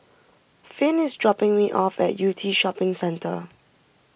Finn is dropping me off at Yew Tee Shopping Centre